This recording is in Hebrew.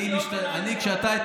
אני, כשאתה,